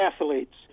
athletes